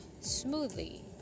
smoothly